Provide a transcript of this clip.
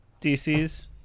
DCs